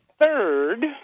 Third